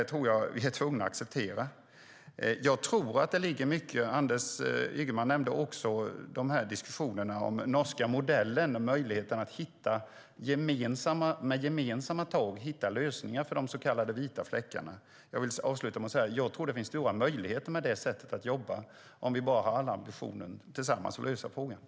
Det tror jag att vi är tvungna att acceptera. Anders Ygeman nämnde diskussionerna om den norska modellen, möjligheten att med gemensamma tag hitta lösningar för de så kallade vita fläckarna. Jag vill avsluta med att säga att jag tror att det finns stora möjligheter med det sättet att jobba om vi bara alla har ambitionen att lösa frågan tillsammans.